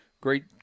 great –